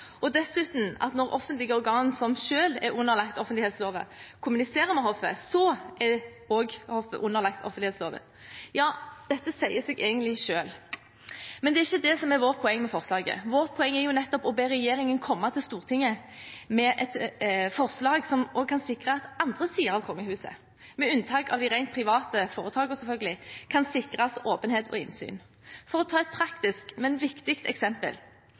Og dessuten – når offentlige organ som selv er underlagt offentlighetsloven, kommuniserer med hoffet, er også hoffet underlagt offentlighetsloven. Ja, dette sier seg egentlig selv. Men det er ikke det som er vårt poeng med forslaget. Vårt poeng er nettopp å be regjeringen om å komme til Stortinget med et forslag som også kan sikre andre sider av kongehuset, med unntak av de rent private foretakene, selvfølgelig, og sikre åpenhet og innsyn. For å ta et praktisk, men viktig eksempel: